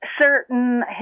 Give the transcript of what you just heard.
certain